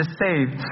saved